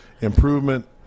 improvement